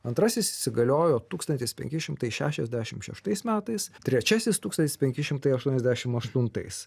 antrasis įsigaliojo tūkstantis penki šimtai šešiasdešim šeštais metais trečiasis tūkstantis penki šimtai aštuoniasdešim aštuntais